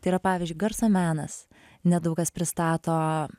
tai yra pavyzdžiui garso menas nedaug kas pristato